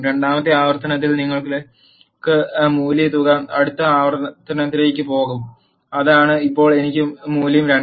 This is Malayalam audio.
രണ്ടാമത്തെ ആവർത്തനത്തിൽ നിങ്ങൾക്ക് മൂല്യ തുക അടുത്ത ആവർത്തനത്തിലേക്ക് പോകും അതാണ് ഇപ്പോൾ എനിക്ക് മൂല്യം 2